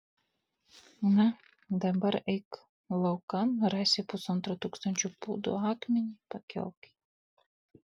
na dabar eik laukan rasi pusantro tūkstančio pūdų akmenį pakelk jį